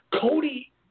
Cody